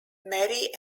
mary